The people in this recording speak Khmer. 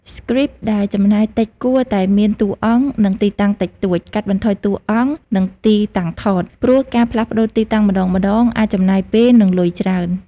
ស្គ្រីបដែលចំណាយតិចគួរតែមានតួអង្គ និងទីតាំងតិចតួច កាត់បន្ថយតួអង្គនិងទីតាំងថត ព្រោះការផ្លាស់ប្តូរទីតាំងម្តងៗអាចចំណាយពេល និងលុយច្រើន។